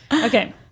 Okay